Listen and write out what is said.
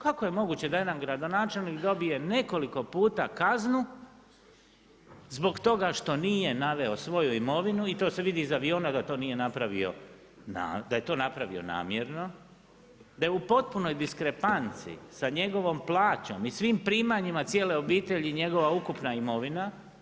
Kako je moguće da jedan gradonačelnik dobije nekoliko puta kaznu, zbog toga što nije naveo svoju imovinu i to se vidi iz aviona da je to napravio namjerno, da je u potpunoj diskrepancija sa njegovom plaćom i svim primanjima cijele obitelji i njegova ukupna imovina.